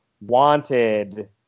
wanted